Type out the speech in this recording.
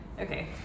okay